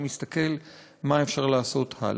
אני מסתכל מה אפשר לעשות הלאה.